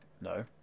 No